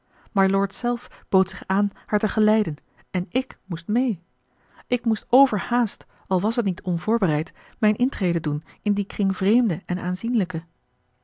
mylord zelf bood zich aan haar te geleiden en ik moest meê ik moest overhaast al was het niet onvoorbereid mijne intrede doen in dien kring vreemden en aanzienlijken